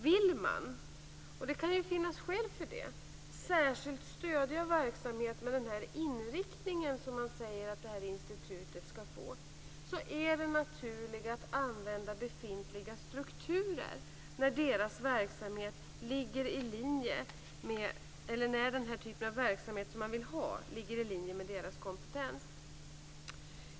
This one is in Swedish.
Vill man, och det kan finnas skäl för det, särskilt stödja verksamhet med den inriktning som man säger att det här institutet skall få, är det naturliga att använda befintliga strukturer när den typ av verksamhet som man vill ha ligger i linje med deras kompetens.